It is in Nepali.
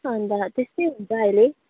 अन्त त्यस्तै हुन्छ अहिले